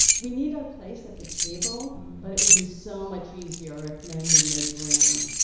we need our place at the table but it would be so much easier if men would make room